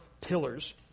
pillars